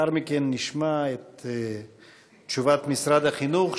לאחר מכן נשמע את תשובת משרד החינוך,